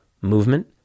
movement